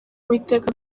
uwiteka